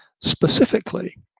specifically